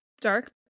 dark